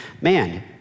man